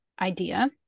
idea